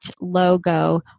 logo